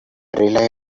rely